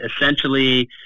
essentially